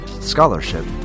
scholarship